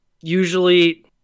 usually